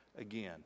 again